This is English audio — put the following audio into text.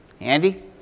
Andy